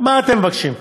מה אתם מבקשים?